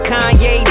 Kanye